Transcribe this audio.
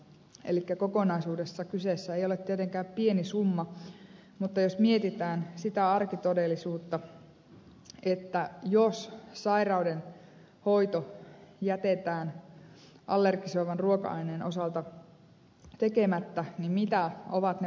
elikkä kokonaisuudessaan kyseessä ei ole tietenkään pieni summa mutta jos mietitään sitä arkitodellisuutta että jos sairauden hoito jätetään allergisoivan ruoka aineen osalta tekemättä niin mitä ovat ne välilliset hoitokulut